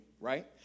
right